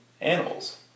animals